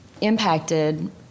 impacted